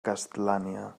castlania